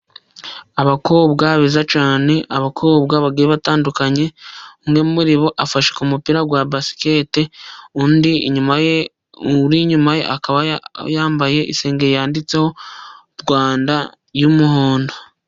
Abakobwa beza cyane, abakobwa ba batandukanye umwe muri bo afashe ku mupira wa basikete, undi uri inyuma ye akaba yambaye isengeri, yanditseho Rwanda y'umuhondo.